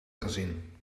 gezien